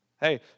Hey